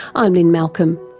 i'm lynne malcolm,